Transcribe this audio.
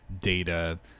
data